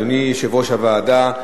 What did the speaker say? אדוני, יושב-ראש הוועדה,